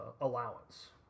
allowance